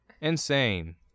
Insane